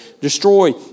Destroy